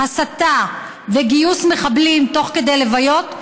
הסתה וגיוס מחבלים תוך כדי לוויות,